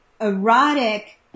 erotic